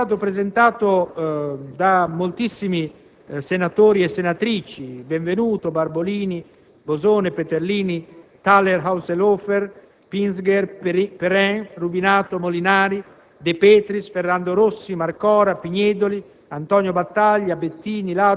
Vi è poi un emendamento importante presentato da moltissimi senatori e senatrici (Benvenuto, Barbolini, Bosone, Peterlini, Thaler Ausserhofer, Pinzger Perrin, Rubinato, Molinari,